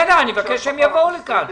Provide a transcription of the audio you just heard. אני מבקש שהם יבואו לכאן.